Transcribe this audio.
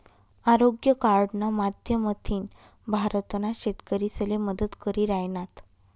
आरोग्य कार्डना माध्यमथीन भारतना शेतकरीसले मदत करी राहिनात